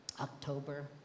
October